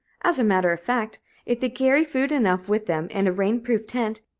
as a matter of fact, if they carry food enough with them, and a rain-proof tent,